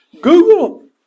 Google